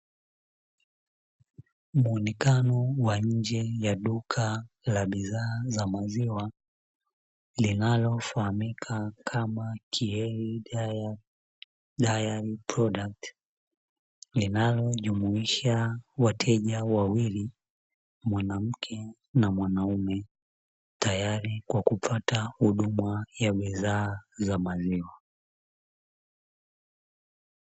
Muonekano wa nje ya duka la bidhaa za maziwa linalofahamika kama ''KIENI DAIRY PRODUCTS'', linalojumuisha wateja wawili (mwanamke na mwanaume) tayari kwa kupata huduma ya bidhaa za maziwa.